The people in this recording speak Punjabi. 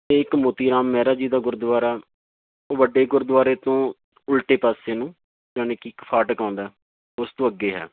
ਅਤੇ ਇੱਕ ਮੋਤੀ ਰਾਮ ਮਹਿਰਾ ਜੀ ਦਾ ਗੁਰਦੁਆਰਾ ਉਹ ਵੱਡੇ ਗੁਰਦੁਆਰੇ ਤੋਂ ਉਲਟੇ ਪਾਸੇ ਨੂੰ ਜਾਣੀ ਕਿ ਇੱਕ ਫਾਟਕ ਆਉਂਦਾ ਉਸ ਤੋਂ ਅੱਗੇ ਆ